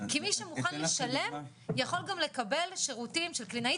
כי מי שמוכן לשלם יכול גם לקבל שירותים של קלינאי